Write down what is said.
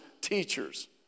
teachers